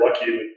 lucky